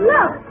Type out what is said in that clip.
Look